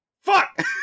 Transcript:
Fuck